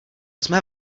jsme